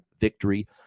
victory